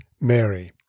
Mary